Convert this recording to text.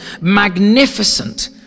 magnificent